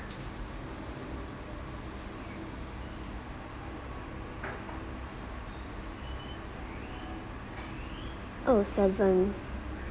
oh seven